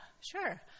sure